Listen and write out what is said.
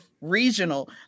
regional